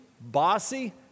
bossy